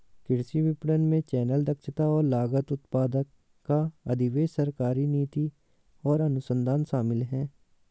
कृषि विपणन में चैनल, दक्षता और लागत, उत्पादक का अधिशेष, सरकारी नीति और अनुसंधान शामिल हैं